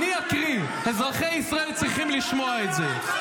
אני אקריא, אזרחי ישראל צריכים לשמוע את זה.